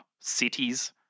cities